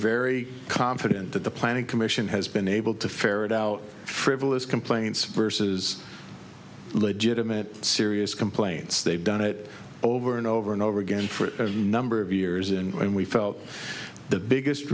very confident that the planning commission has been able to ferret out frivolous complaints versus legitimate serious complaints they've done it over and over and over again for a number of years and we felt the biggest